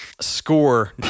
score